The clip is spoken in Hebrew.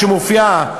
שמופיעים,